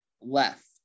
left